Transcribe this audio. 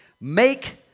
Make